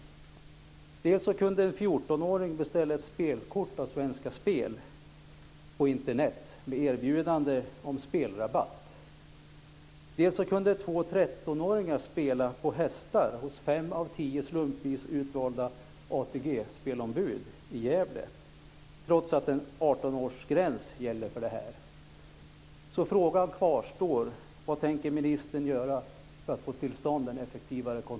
Dels kunde en 14-åring beställa ett spelkort av Svenska Spel på Internet med erbjudande om spelrabatt. Dels kunde två 13-åringar spela på hästar hos fem av tio slumpvis utvalda ATG-spelombud i Gävle, trots att en 18